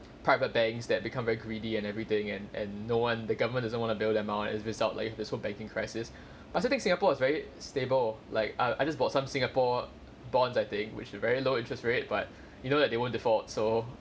private banks that become very greedy and everything and and no one the government doesn't want to bail them out as a result like if there's a whole banking crisis but I also think singapore is very stable like err I just bought some singapore bonds I think which very low interest rate but you know that they won't default so